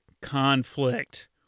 conflict